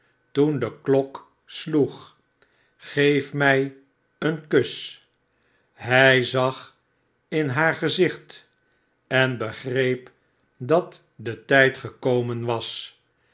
toen de klok sloeg sgeefmij eenkus hij zag in haar gezicht en begreep dat de tijd gekomen was